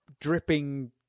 dripping